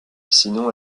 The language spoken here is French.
sinon